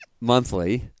monthly